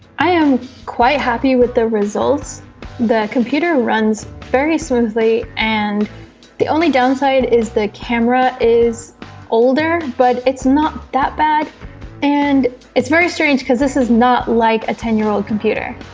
i am quite happy with the results the computer runs very smoothly and the only downside is the camera is older but it's not that bad and it's very strange because this is not like a ten year old computer